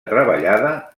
treballada